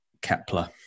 Kepler